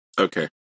okay